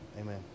Amen